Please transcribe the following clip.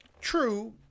True